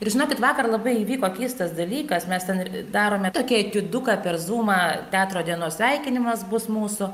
ir žinokit vakar labai įvyko keistas dalykas mes ten ir darome tokį etiuduką per zūmą teatro dienos sveikinimas bus mūsų